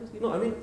no I mean